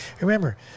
remember